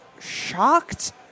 shocked